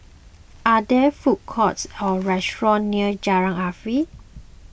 are there food courts or restaurants near Jalan Arif